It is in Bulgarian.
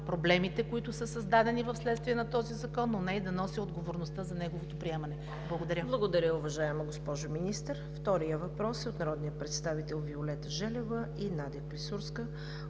проблемите, които са създадени вследствие на Закона, но не и да нося отговорността за неговото приемане. Благодаря.